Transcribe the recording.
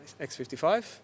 X55